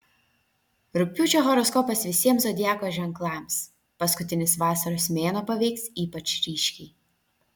rugpjūčio horoskopas visiems zodiako ženklams paskutinis vasaros mėnuo paveiks ypač ryškiai